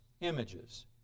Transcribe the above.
images